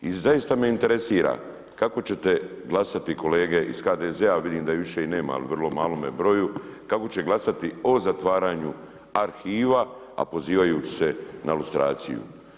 I zaista me interesira kako ćete glasati kolege iz HDZ-a, vidim da ih više i nema, ali u vrlo malome broju, kako će glasati o zatvaranju arhiva, a pozivaju se na lustraciju.